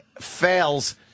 fails